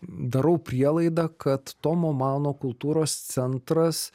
darau prielaidą kad tomo mano kultūros centras